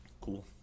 Cool